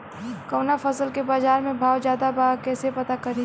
कवना फसल के बाजार में भाव ज्यादा बा कैसे पता करि?